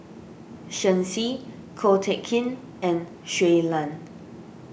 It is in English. Shen Xi Ko Teck Kin and Shui Lan